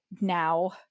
now